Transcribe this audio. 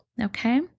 okay